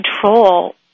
control